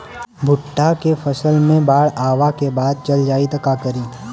भुट्टा के फसल मे बाढ़ आवा के बाद चल जाई त का करी?